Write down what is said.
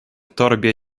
torbie